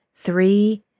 Three